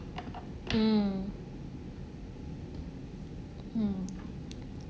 mm mm